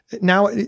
now